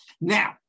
Now